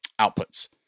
outputs